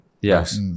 Yes